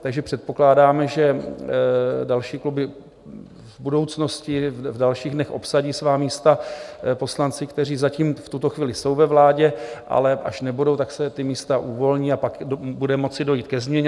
Takže předpokládám, že další kluby v budoucnosti, v dalších dnech obsadí svá místa poslanci, kteří zatím v tuto chvíli jsou ve vládě, ale až nebudou, tak se ta místa uvolní a pak bude moci dojít ke změnám.